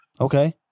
okay